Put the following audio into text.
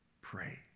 pray